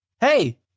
hey